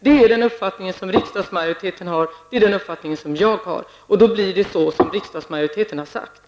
Det är den uppfattning som riksdagsmajoriteten har och den uppfattning som också jag har. Och då blir det så som riksdagsmajoriteten har uttalat.